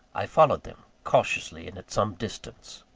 i followed them, cautiously and at some distance.